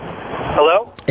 Hello